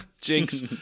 jinx